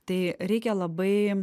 tai reikia labai